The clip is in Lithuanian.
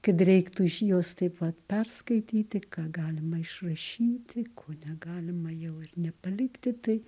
kad reiktų iš jos taip vat perskaityti ką galima išrašyti ko negalima jau ir nepalikti tai